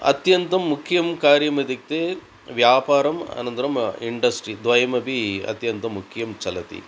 अत्यन्तं मुख्यं कार्यमित्युक्ते व्यापारम् अनन्तरम् इन्डस्ट्रि द्वयमपि अत्यन्तं मुख्यं चलति